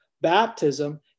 Baptism